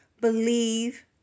believe